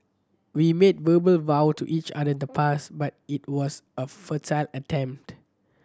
we made verbal vow to each other the past but it was a futile attempt